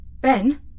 Ben